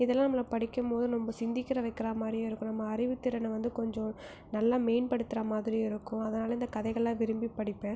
இதலாம் நம்மளை படிக்கும் போது ரொம்ப சிந்திக்கிற வைக்கிற மாதிரியும் இருக்கும் நம்ம அறிவுத்திறனை வந்து கொஞ்சம் நல்லா மேன்படுத்துகிற மாதிரியும் இருக்கும் அதனால் இந்த கதைகளெலாம் விரும்பி படிப்பேன்